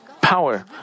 power